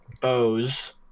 bows